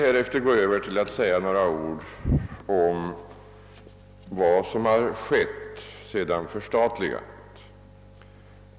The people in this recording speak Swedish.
Sedan skall jag övergå till att säga något om vad som hänt efter polisväsendets förstatligande.